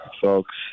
folks